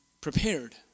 prepared